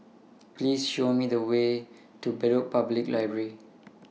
Please Show Me The Way to Bedok Public Library